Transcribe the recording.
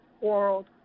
World